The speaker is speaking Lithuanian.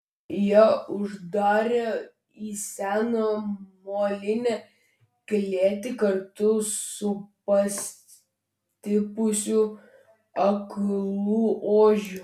ją uždarė į seną molinę klėtį kartu su pastipusiu aklu ožiu